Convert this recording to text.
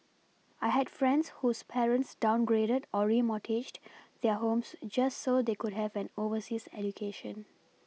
I had friends whose parents downgraded or remortgaged their homes just so they could have an overseas education